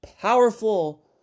powerful